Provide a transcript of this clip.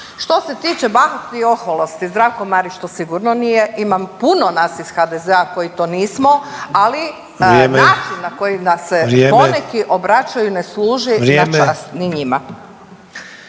Što se tiče bahatosti i oholosti, Zdravko Marić to sigurno nije, imam puno nas iz HDZ-a koji to nismo, ali način na koji nam se …/Upadica: Vrijeme,